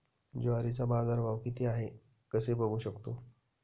ज्वारीचा बाजारभाव किती आहे कसे बघू शकतो?